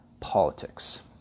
politics